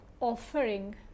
offering